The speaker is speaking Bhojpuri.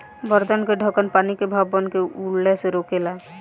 बर्तन के ढकन पानी के भाप बनके उड़ला से रोकेला